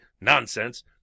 Nonsense